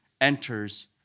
enters